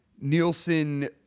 Nielsen